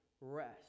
rest